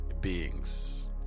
beings